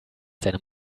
seinem